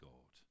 God